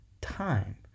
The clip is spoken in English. time